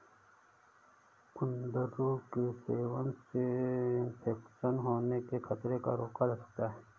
कुंदरू के सेवन से इन्फेक्शन होने के खतरे को रोका जा सकता है